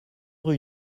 rue